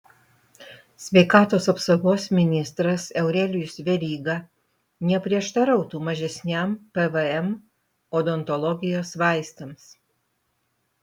sveikatos apsaugos ministras aurelijus veryga neprieštarautų mažesniam pvm odontologijos vaistams